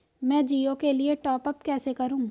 मैं जिओ के लिए टॉप अप कैसे करूँ?